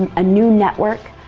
ah a new network,